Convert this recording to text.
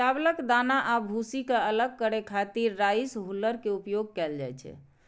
चावलक दाना आ भूसी कें अलग करै खातिर राइस हुल्लर के उपयोग कैल जाइ छै